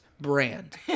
brand